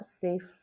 safe